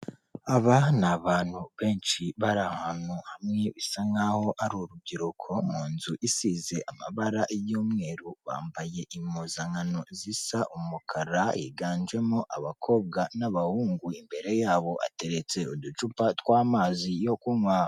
Aba ni abantu benshi bari ahantu hamwe bisa nk'aho ari urubyiruko mu nzu isize amabara y'umweru bambaye impuzankano zisa umukara higanjemo abakobwa n'abahungu, imbere yabo hateretse uducupa tw'amazi yo kunywa.